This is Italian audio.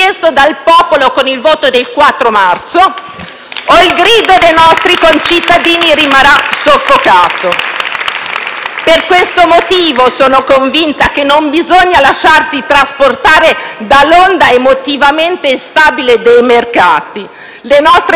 dai Gruppi M5S e L-SP-PSd'Az)*. Per questo motivo sono convinta che non bisogna lasciarsi trasportare dall'onda emotivamente instabile dei mercati. Le nostre prospettive di crescita future sono chiare e prospere